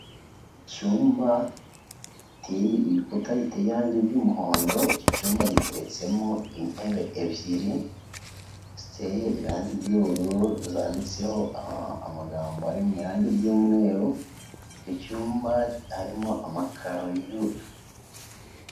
Icyumba giteye ibikuta biteye irangi ry'umuhondo iki cyumba gitereretsemo intebe ebyiri, ziteye irangi ry'ubururu zanditseho amagambo ari mu irangi ry'umweru, icyo cyumba harimo amakaro.